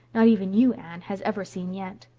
not even you, anne, has ever seen yet.